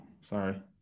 sorry